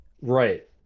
right